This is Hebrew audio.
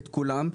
את כולם,